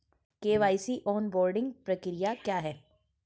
KYC onboarding प्रक्रिया क्या है?